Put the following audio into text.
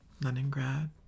Leningrad